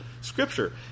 scripture